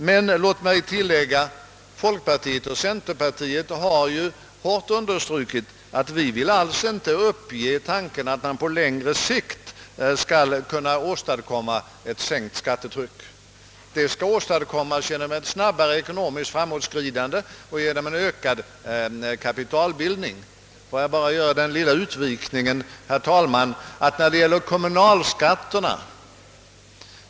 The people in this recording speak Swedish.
Men låt mig tillägga att folkpartiet och centerpartiet kraftigt understrukit att vi inte alls vill uppge tanken att man på längre sikt bör kunna minska skattetrycket. En sådan minskning skall åstadkommas genom ett snabbare ekonomiskt framåtskridande och genom en ökad kapitalbildning. Låt mig, herr talman, göra en liten utvikning beträffande kommunalskatterna.